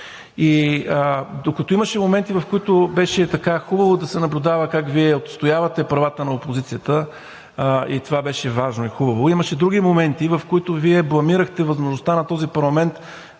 И докато имаше моменти, в които беше хубаво да се наблюдава как Вие отстоявате правата на опозицията и това беше важно и хубаво, имаше други моменти, в които Вие бламирахте възможността на този парламент